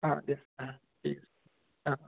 অঁ দিয়া আহা ঠিক আছে অঁ অঁ